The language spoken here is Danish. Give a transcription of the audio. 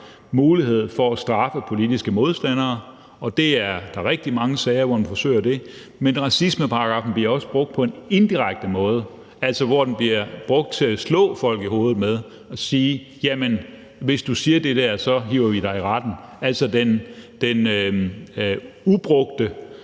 mulighed for at straffe politiske modstandere, og det er der rigtig mange sager hvor man forsøger. Men racismeparagraffen bliver også brugt på en indirekte måde, altså hvor den bliver brugt til at slå folk i hovedet med og sige: Jamen hvis du siger det der, så hiver vi dig i retten. Altså, den ubrugte